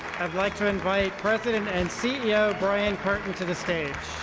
i'd like to invite president and ceo brian curtin to the stage.